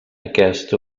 aquest